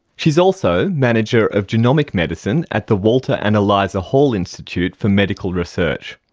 she's also manager of genomic medicine at the walter and eliza hall institute for medical research.